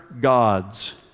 gods